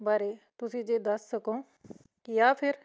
ਬਾਰੇ ਤੁਸੀਂ ਜੇ ਦੱਸ ਸਕੋ ਜਾਂ ਫਿਰ